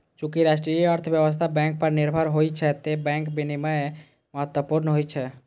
चूंकि राष्ट्रीय अर्थव्यवस्था बैंक पर निर्भर होइ छै, तें बैंक विनियमन महत्वपूर्ण होइ छै